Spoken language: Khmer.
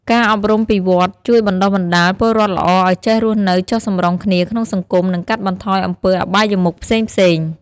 ការអប់រំពីវត្តជួយបណ្ដុះបណ្ដាលពលរដ្ឋល្អឲ្យចេះរស់នៅចុះសម្រុងគ្នាក្នុងសង្គម និងកាត់បន្ថយអំពើអបាយមុខផ្សេងៗ។